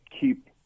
keep